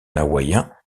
hawaïen